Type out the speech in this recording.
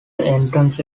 entrance